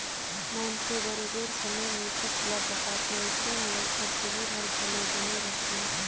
मइनसे बरोबेर समे में किस्त ल पटाथे अइसे में ओकर सिविल हर घलो बने रहथे